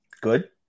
Good